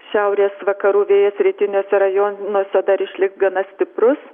šiaurės vakarų vėjas rytiniuose rajonuose dar išliks gana stiprus